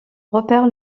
repère